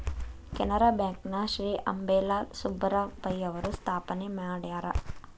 Canara bank ನ ಶ್ರೇ ಅಂಬೇಲಾಲ್ ಸುಬ್ಬರಾವ್ ಪೈ ಅವರು ಸ್ಥಾಪನೆ ಮಾಡ್ಯಾರ